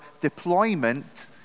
deployment